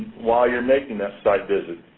while you're making that site visit.